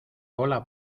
cola